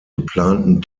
geplanten